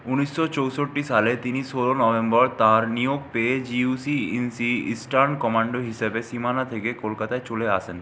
উনিশশো চৌষট্টি সালে তিনি ষোলো নভেম্বর তাঁর নিয়োগ পেয়ে GOC in C eastern command হিসাবে সীমানা থেকে কলকাতায় চলে আসেন